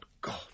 God